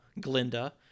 Glinda